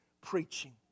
preaching